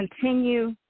continue